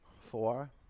four